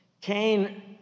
Cain